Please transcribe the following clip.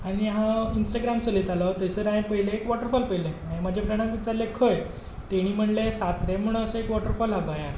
आनी हांव इन्स्टाग्राम चलयतालो थंयसर हांवें पयलें एक वॉटरफोल पयलें हांवें म्हज्या फ्रेंडाक विचारलें खंय तेणीं म्हणलें सातरें म्हणून असो एक वॉटरफोल आसा गोंयांत